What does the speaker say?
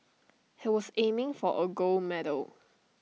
he was aiming for A gold medal